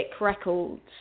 Records